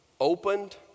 opened